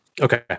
Okay